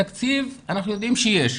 תקציב, אנחנו יודעים שיש.